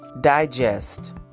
digest